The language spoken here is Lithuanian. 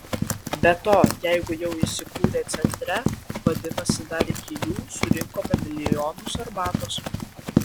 be to jeigu jau įsikūrę centre vadinasi dar iki jų surinkome milijonus arbatos